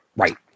Right